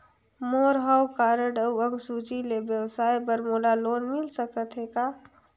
मोर हव कारड अउ अंक सूची ले व्यवसाय बर मोला लोन मिल सकत हे का?